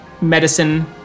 medicine